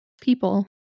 people